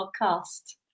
podcast